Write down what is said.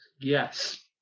Yes